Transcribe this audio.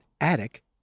attic